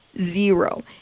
Zero